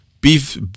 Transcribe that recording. beef